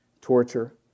torture